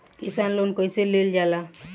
किसान लोन कईसे लेल जाला?